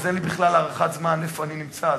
אז אין לי בכלל הערכת זמן איפה אני נמצא,